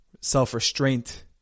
self-restraint